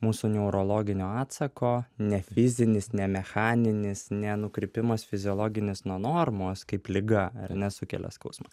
mūsų neurologinio atsako ne fizinis ne mechaninis ne nukrypimas fiziologinis nuo normos kaip liga ar ne sukelia skausmą